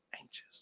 anxious